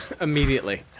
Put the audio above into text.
Immediately